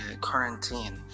quarantine